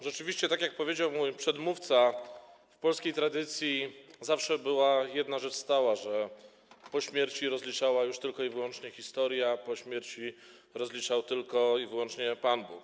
Rzeczywiście, tak jak powiedział mój przedmówca, w polskiej tradycji zawsze była jedna rzecz stała: po śmierci rozliczała już tylko i wyłącznie historia, po śmierci rozliczał tylko i wyłącznie Pan Bóg.